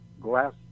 glass